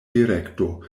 direkto